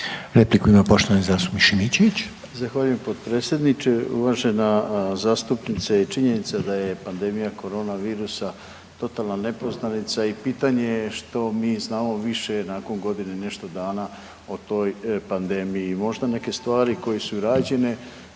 **Šimičević, Rade (HDZ)** Zahvaljujem potpredsjedniče. Uvažena zastupnice činjenica je da je pandemija korona virusa totalna nepoznanica i pitanje je što mi znamo više nakon godinu i nešto dana o toj pandemiji. Možda neke stvari koje su i rađene,